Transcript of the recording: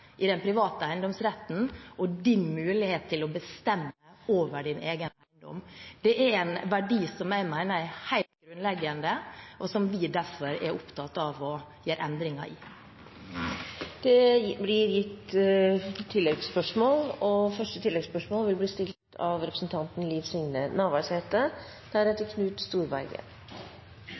i den private eiendomsretten og muligheten til å bestemme over sin egen eiendom. Det er en verdi som jeg mener er helt grunnleggende, og som vi derfor er opptatt av å gjøre endringer i. Det åpnes for oppfølgingsspørsmål – først Liv Signe Navarsete. Statsråden og